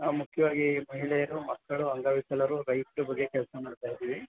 ನಾವು ಮುಖ್ಯವಾಗಿ ಮಹಿಳೆಯರು ಮಕ್ಕಳು ಅಂಗವಿಕಲರು ರೈತ್ರ ಬಗ್ಗೆ ಕೆಲಸ ಮಾಡ್ತಾ ಇದ್ದೀವಿ